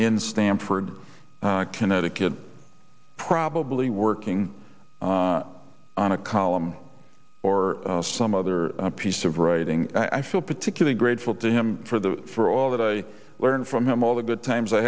in stamford connecticut probably working on a column or some other piece of writing i feel particularly grateful to him for the for all that i learned from him all the good times i